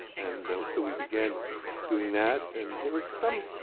and so we began doing that and there was some